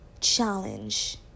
challenge